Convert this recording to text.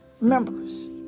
members